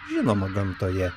žinoma gamtoje